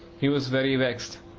he was very vexed,